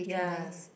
ya